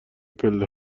پله